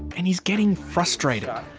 and he's getting frustrated.